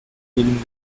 feeling